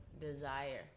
desire